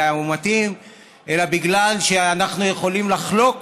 הוא מתאים אלא בגלל שאנחנו יכולים לחלוק